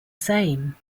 same